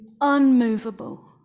unmovable